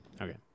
Okay